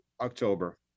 October